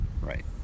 Right